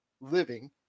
living